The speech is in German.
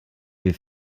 wir